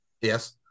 yes